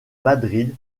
madrid